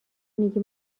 میگی